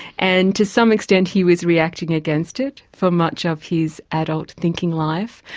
and to some extent he was reacting against it for much of his adult thinking life.